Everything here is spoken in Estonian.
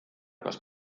kas